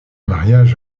mariage